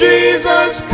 Jesus